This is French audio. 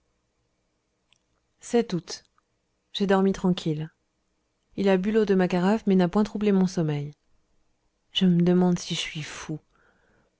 août j'ai dormi tranquille il a bu l'eau de ma carafe mais n'a point troublé mon sommeil je me demande si je suis fou